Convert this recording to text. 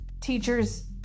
Teachers